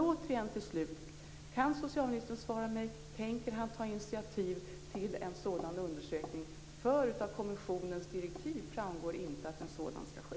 Återigen: Kan socialministern ge mig ett svar på frågan om han tänker ta initiativ till en sådan här undersökning, för av kommissionens direktiv framgår inte att en sådan skall ske?